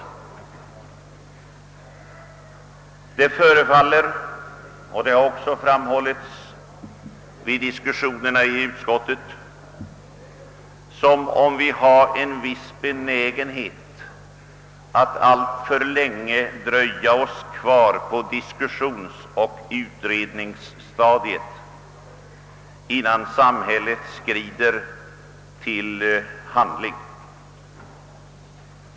Det förefaller — vilket också har framhållits vid diskussionerna i utskottet — som om vi har en viss benägenhet att alltför länge dröja oss kvar på diskussionsoch utredningsstadiet innan vi låter samhället skrida till handling.